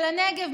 על הנגב,